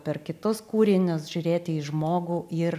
per kitus kūrinius žiūrėti į žmogų ir